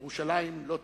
ירושלים לא תחולק.